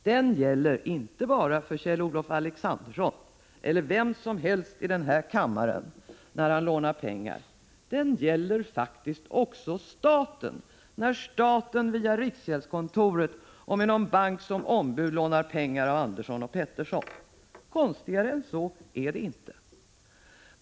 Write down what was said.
Den gäller inte bara för Kjell-Olof Alexandersson eller vem som helst i denna kammare som lånar pengar, den gäller faktiskt också staten när staten via riksgäldskontoret och med någon bank som ombud lånar pengar av Andersson och Pettersson. Konstigare än så är det inte.